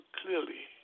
clearly